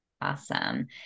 Awesome